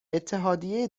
اتحادیه